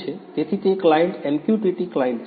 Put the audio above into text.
તેથી તે client MQTT client છે